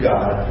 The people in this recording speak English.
God